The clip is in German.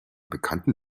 bekannten